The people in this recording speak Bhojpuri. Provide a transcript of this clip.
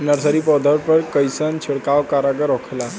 नर्सरी पौधा पर कइसन छिड़काव कारगर होखेला?